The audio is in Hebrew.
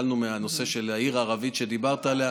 התחלנו מהנושא של העיר הערבית שדיברת עליה,